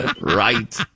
Right